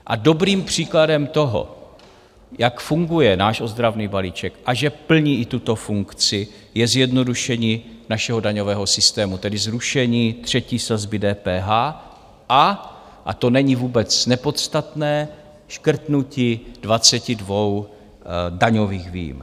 A dobrým příkladem toho, jak funguje náš ozdravný balíček a že plní i tuto funkci, je zjednodušení našeho daňového systému, tedy zrušení třetí sazby DPH a a to není vůbec nepodstatné, škrtnutí 22 daňových výjimek.